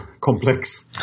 complex